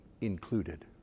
included